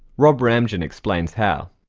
rob ramjan explains how.